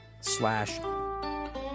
slash